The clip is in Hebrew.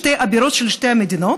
שתי הבירות של שתי המדינות,